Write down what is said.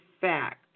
fact